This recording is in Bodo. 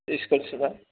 इस्कुल सिमा